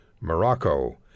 Morocco